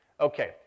Okay